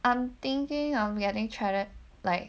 I'm thinking of getting tradi~ like